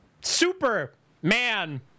Superman